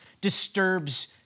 disturbs